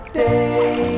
day